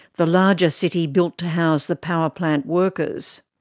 the larger city built to house the power plant workers.